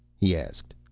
he asked.